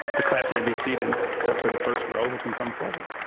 the class may be seated, except for the first row who can come forward.